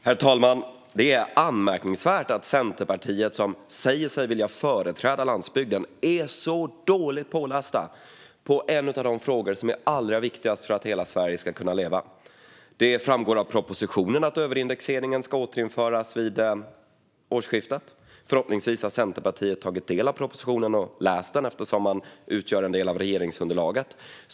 Herr talman! Det är anmärkningsvärt att Centerpartiet, som säger sig vilja företräda landsbygden, är så dåligt pålästa i en av de frågor som är allra viktigast för att hela Sverige ska kunna leva. Det framgår av propositionen att överindexeringen ska återinföras vid årsskiftet. Förhoppningsvis har Centerpartiet tagit del av propositionen och läst den eftersom man utgör en del av regeringsunderlaget.